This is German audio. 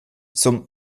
zum